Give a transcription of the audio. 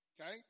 okay